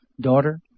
Daughter